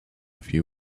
few